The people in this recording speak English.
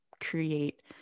create